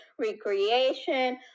recreation